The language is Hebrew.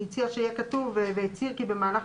היא הציעה שיהיה כתוב: והצהיר כי במהלך